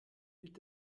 mit